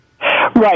Right